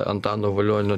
antano valionio